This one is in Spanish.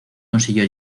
consiguió